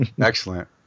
Excellent